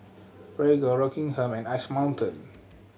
Prego Rockingham and Ice Mountain